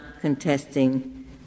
contesting